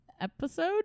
episode